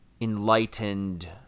enlightened